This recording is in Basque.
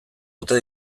ote